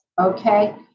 okay